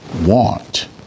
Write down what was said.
want